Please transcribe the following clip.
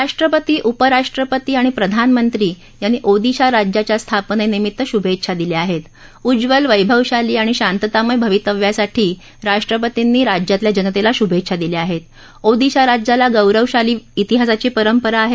राष्ट्रपती उपराष्ट्रपती आणि प्रधानमंत्री यांनी ओदिशा राज्याच्या स्थापनर्जिमित्त शुभछ्छा दिल्या आहत्त उज्ज्वल वैभवशाली आणि शांततामय भवितव्यासाठी राष्ट्रपतींनी राज्यातल्या जनतली शुभछ्छा दिल्या आहस्त ओदिशा राज्याला गौरवशाली शितहासाची परंपरा आह